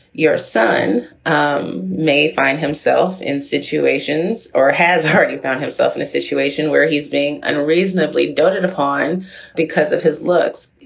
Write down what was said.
your son um may find himself in situations or has hurt you found himself in a situation where he's being unreasonably doted upon because of his looks.